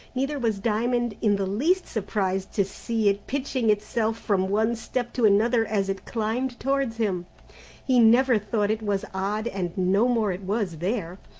neither was diamond in the least surprised to see it pitching itself from one step to another as it climbed towards him he never thought it was odd and no more it was, there.